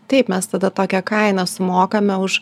taip mes tada tokią kainą sumokame už